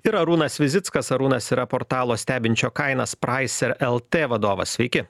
ir arūnas vizickas arūnas yra portalo stebinčio kainas pricer lt vadovas sveiki